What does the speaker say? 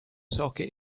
socket